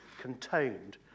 contained